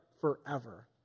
forever